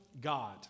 God